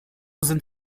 sind